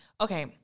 Okay